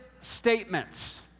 statements